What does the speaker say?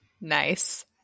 Nice